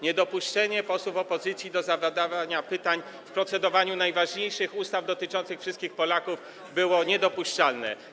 Niedopuszczenie posłów opozycji do zadawania pytań w ramach procedowania nad najważniejszymi ustawami dotyczącymi wszystkich Polaków było niedopuszczalne.